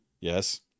Yes